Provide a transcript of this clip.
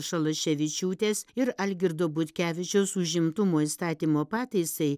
šalaševičiūtės ir algirdo butkevičiaus užimtumo įstatymo pataisai